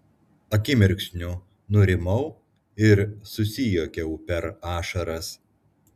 akimirksniu nurimau ir susijuokiau per ašaras